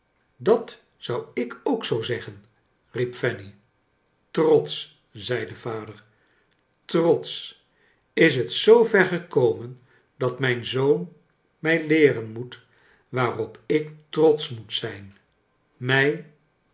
dat zou ik ook zoo zeggen riep fanny trotsch zei de vader trotsch is net zoover gekomen dat mijn zoon mij leeren moet waarop ik trotsch moet zijn mij